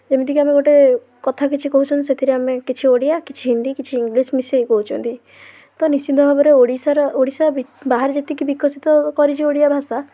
ଯେମିତିକି ଆମେ ଗୋଟେ କଥା କିଛି କହୁଛନ୍ତି ସେଥିରେ ଆମେ କିଛି ଓଡ଼ିଆ କିଛି ହିଦୀ କିଛି ଇଂଲିଶ ମିଶାଇ କହୁଛନ୍ତି ତ ନିଶ୍ଚିତ ଭାବରେ ଓଡ଼ିଶାର ଓଡ଼ିଶା ବାହାରେ ଯେତିକି ବିକଶିତ କରିଛି ଓଡ଼ିଆ ଭାଷା